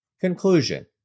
Conclusion